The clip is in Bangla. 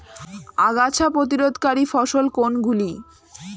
আগাছা প্রতিরোধকারী ফসল কোনগুলি?